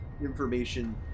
information